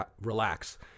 relax